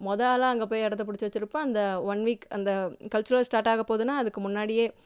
மொதல் ஆளாக அங்கே போய் இடத்தப் பிடிச்சி வச்சுருப்போம் அந்த ஒன் வீக் அந்த கல்ச்சுரல் ஸ்டார்ட் ஆகப் போகுதுன்னா அதுக்கு முன்னாடியே